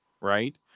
right